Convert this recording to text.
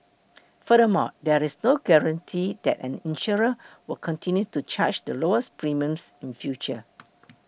furthermore there is no guarantee that an insurer will continue to charge the lowest premiums in future